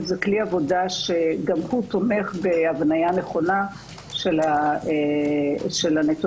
וגם הוא תומך בהבניה נכונה של הנתונים.